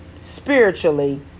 spiritually